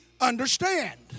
understand